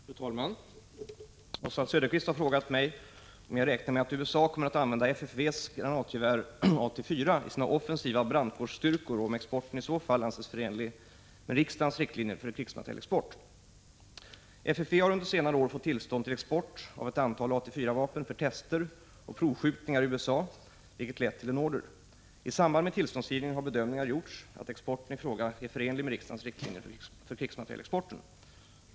Fru talman! Oswald Söderqvist har frågat mig om jag räknar med att USA kommer att använda FFV:s granatgevär AT-4 i sina offensiva ”brandkårsstyrkor” och om exporten i så fall anses förenlig med riksdagens riktlinjer för krigsmaterielexport. FFV har under senare år fått tillstånd till export av ett antal AT-4-vapen för tester och provskjutningar i USA vilket lett till en order. I samband med tillståndsgivningen har bedömningar gjorts att exporten i fråga är förenlig med riksdagens riktlinjer för krigsmaterielexport.